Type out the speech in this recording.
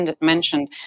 mentioned